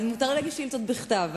אבל מותר לי להגיש שאילתות בכתב.